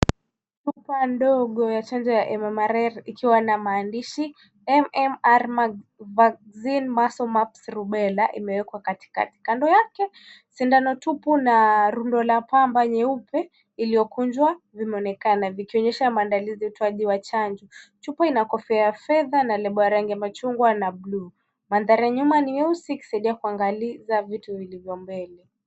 Chupa ndogo ya chanjo ya MMR ikiwa na maandishi MMR vaccine, missiles, mumps, rubella imeekwa katikati. Kando yake sindano tupu na rundo la pamba nyeupe iliyokunjwa vimeonekana ikionyesha maandalizi ya utoaji wa chanjo. Chupa ina kofia ya fedha na lebo ya rangi ya chungwa na buluu. Mandhari ya nyuma ni nyeusi kusaidia kuangalia vitu vilivyo mbele.